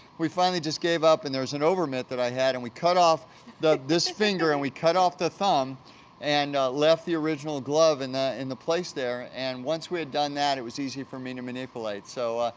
we finally just gave up. and there was an over mitt that i had and we cut off this finger and we cut off the thumb and left the original glove in the in the place there and once we had done that, it was easy for me to manipulate. so,